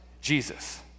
Jesus